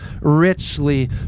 richly